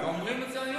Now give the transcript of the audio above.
גומרים את זה היום.